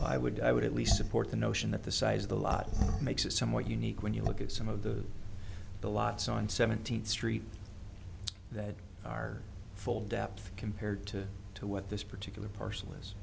i would i would at least support the notion that the size of the lot makes it somewhat unique when you look at some of the the lots on seventeenth street that are full depth compared to what this particular p